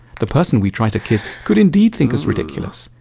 the person we try to kiss could indeed think us ridiculous.